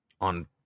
on